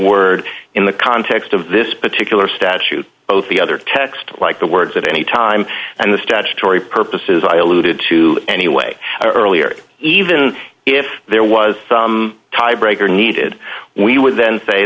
word in the context of this particular statute both the other text like the words at any time and the statutory purposes i alluded to anyway earlier even if there was tiebreaker needed we would then say